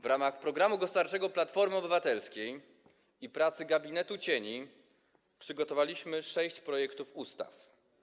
W ramach programu gospodarczego Platformy Obywatelskiej i pracy gabinetu cieni przygotowaliśmy sześć projektów ustaw.